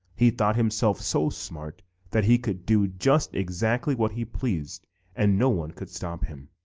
he thought himself so smart that he could do just exactly what he pleased and no one could stop him.